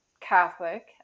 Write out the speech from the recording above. Catholic